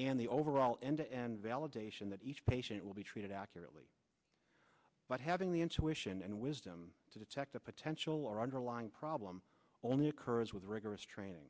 and the overall and validation that each patient will be treated accurately but having the intuition and wisdom to detect the potential our underlying problem only occurs with rigorous training